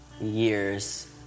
years